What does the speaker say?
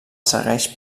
segueix